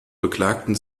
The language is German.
beklagten